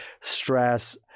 stress